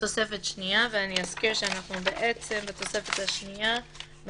התוספת השנייה אני אזכיר שבתוספת השנייה אנחנו